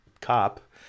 cop